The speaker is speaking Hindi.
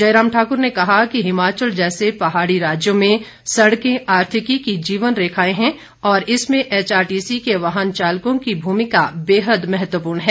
जयराम ठाकुर ने कहा कि हिमाचल जैसे पहाड़ी राज्यों में सड़कें आर्थिकी की जीवन रेखाएं हैं और इसमें एचआरटीसी के वाहन चालाकों की भूमिका बेहद महत्वपूर्ण है